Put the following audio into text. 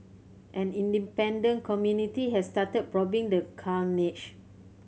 an independent community has started probing the carnage